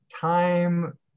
time